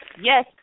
yes